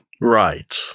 right